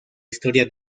historia